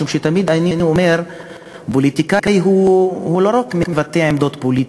משום שאני תמיד אומר שפוליטיקאי הוא לא רק מבטא עמדות פוליטיות,